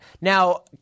Now